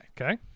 Okay